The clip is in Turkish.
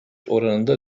oranında